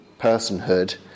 personhood